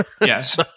Yes